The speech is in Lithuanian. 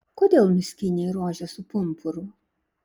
kodėl nuskynei rožę su pumpuru